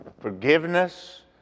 forgiveness